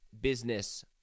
business